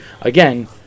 again